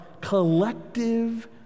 collective